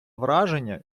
враження